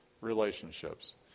relationships